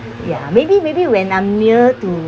ya maybe maybe when I'm near to